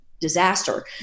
Disaster